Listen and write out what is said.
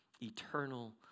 eternal